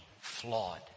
flawed